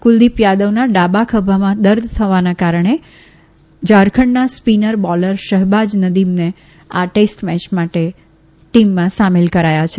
કુલદીપ યાદવના ડાબા ખભામાં દર્દ થવાના કારણે ઝારખંડના સ્પિનર બોલર શહબાજ નદીમને આ ટેસ્ટ મેય માટે ટીમમાં સામેલ કરાયા છે